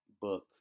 book